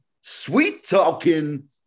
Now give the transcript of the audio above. sweet-talking